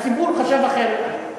הציבור חשב אחרת.